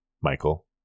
Michael